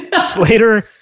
Slater